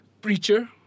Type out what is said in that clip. Preacher